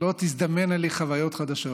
לא תזדמנה לי חוויות חדשות,